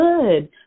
good